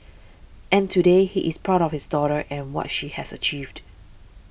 and today he is proud of his daughter and what she has achieved